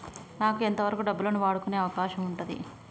నాకు ఎంత వరకు డబ్బులను వాడుకునే అవకాశం ఉంటది?